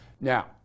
Now